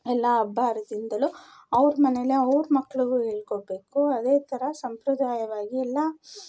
ಎಲ್ಲ ಹಬ್ಬ ಹರಿದಿನ್ದಲ್ಲೂ ಅವ್ರ ಮನೇಲೆ ಅವ್ರ ಮಕ್ಳಿಗೂ ಹೇಳ್ಕೊಡ್ಬೇಕು ಅದೇ ಥರ ಸಂಪ್ರದಾಯವಾಗಿ ಎಲ್ಲ